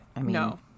No